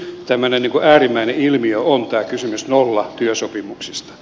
yksi tämmöinen äärimmäinen ilmiö on tämä kysymys nollatyösopimuksista